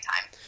time